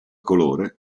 colore